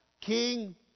King